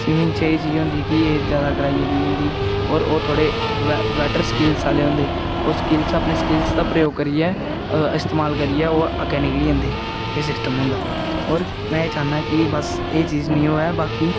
swimming च एह् चीज होंदी कि एज जादा कराई ओड़ी दी होंदी होर ओह् थोह्ड़े बेटर स्किल्स आह्ले होंदे ओह् स्किल्स अपने स्किल्स दा प्रयोग करियै इस्तेमाल करियै ओह् अग्गें निकली जंदे एह् सिस्टम होंदा होर में एह् चाह्न्नां कि बस एह् चीज निं होऐ बाकी